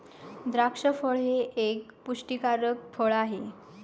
द्राक्ष फळ हे एक पुष्टीकारक फळ आहे